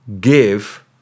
give